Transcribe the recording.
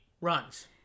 runs